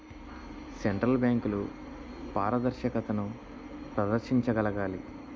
central బ్యాంకులు పారదర్శకతను ప్రదర్శించగలగాలి